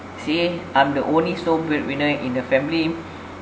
see I'm the only sole bread winner in the family